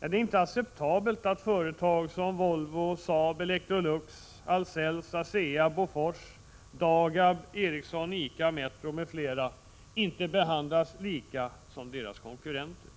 Det är inte acceptabelt att företag som Volvo, Saab, Electrolux, Ahlsells, ASEA, Bofors, Dagab, Ericsson, ICA, Metro m.fl. inte behandlas på samma sätt som konkurrenterna.